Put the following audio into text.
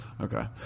Okay